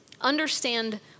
understand